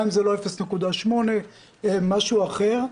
גם אם זה לא 0.8 אלא משהו אחר,